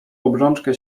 obrączkę